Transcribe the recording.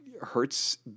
hurts